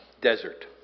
desert